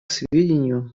сведению